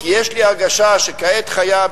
כי יש לי הרגשה שכעת חיה,